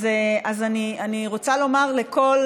אז אני רוצה לומר לכל